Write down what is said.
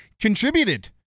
contributed